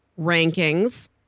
rankings